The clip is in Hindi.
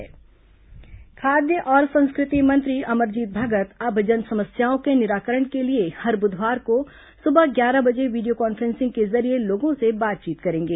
भगत वीडियो कॉन्फ्रेंसिंग खाद्य और संस्कृति मंत्री अमरजीत भगत अब जन समस्याओं के निराकरण के लिए हर बुधवार को सुबह ग्यारह बजे वीडियो कॉन्फ्रेंसिंग के जरिये लोगों से बातचीत करेंगे